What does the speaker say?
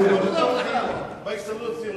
ש"ס בהסתדרות הציונית.